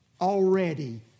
already